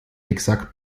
exakt